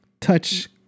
touch